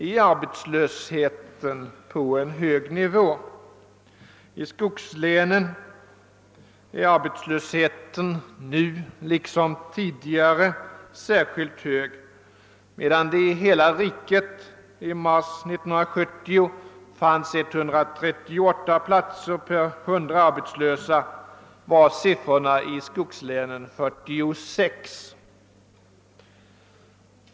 I skogslänen är arbetslösheten nu liksom tidigare särskilt hög. Medan det i hela riket i mars 1970 fanns 138 platser per 100 arbetslösa, var motsvarande siffra i skogslänen 46.